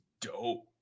dope